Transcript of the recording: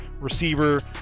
receiver